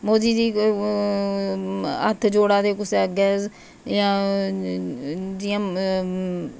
मोदी जी हत्थ जोड़ा दे कुसै अग्गें जियां